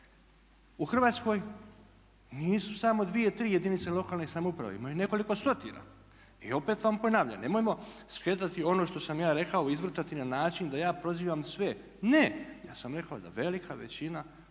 U Hrvatskoj nisu samo dvije, tri jedinice lokalne samouprave, ima ih nekoliko stotina. I opet vam ponavljam nemojmo skretati ono što sam ja rekao i izvrtati na način da ja prozivam sve. Ne, ja sam rekao da velika većina